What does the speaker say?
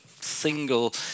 single